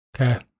Okay